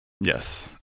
Yes